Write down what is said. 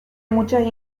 muchas